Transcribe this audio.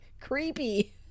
creepy